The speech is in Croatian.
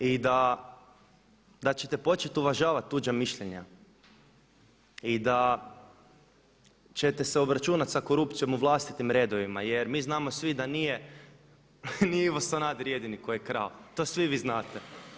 I da ćete početi uvažavati tuđa mišljenja i da ćete se obračunati sa korupcijom u vlastitim redovima jer mi znamo svi da nije, nije Ivo Sanader jedini koji je krao, to svi vi znate.